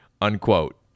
unquote